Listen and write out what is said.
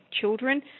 children